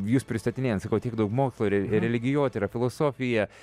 jus pristatinėjant sakau tiek daug mokslo ir religijotyra filosofija